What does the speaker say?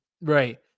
right